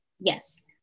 Yes